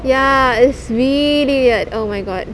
ya it's really li~ oh my god